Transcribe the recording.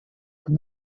под